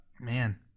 Man